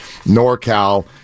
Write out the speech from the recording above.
NorCal